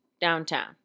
downtown